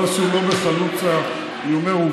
לא עשו, לא בחלוצה, אני אומר עובדות.